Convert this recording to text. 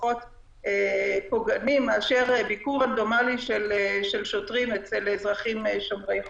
פחות פוגעני מאשר ביקור רנדומלי של שוטרים אצל אזרחים שומרי חוק.